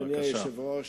אדוני היושב-ראש,